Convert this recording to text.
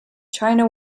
china